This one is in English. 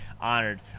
honored